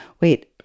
Wait